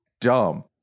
dumb